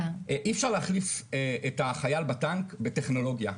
אי אפשר להחליף את החיל בטנק בטכנולוגיה,